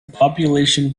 population